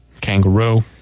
Kangaroo